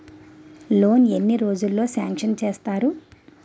Loan ఎన్ని రోజుల్లో sanction చేస్తారు?